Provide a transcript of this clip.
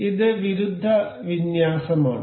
ഇത് വിരുദ്ധ വിന്യാസമാണ്